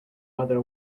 other